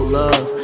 love